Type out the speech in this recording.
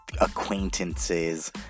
acquaintances